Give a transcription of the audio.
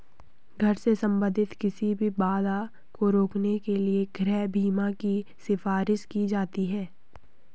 घर से संबंधित किसी भी बाधा को रोकने के लिए गृह बीमा की सिफारिश की जाती हैं